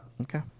Okay